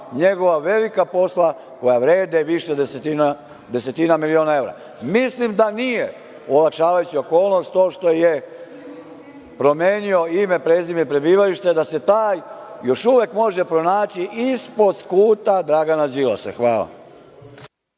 njegova velika posla koja vrede više desetina miliona evra. Mislim da nije olakšavajuća okolnost to što je promenio ime, prezime i prebivalište, da se taj još uvek može pronaći ispod skuta Dragana Đilasa. Hvala.